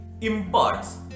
imparts